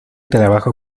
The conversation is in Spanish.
trabajo